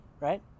right